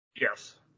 Yes